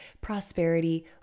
prosperity